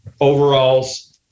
overalls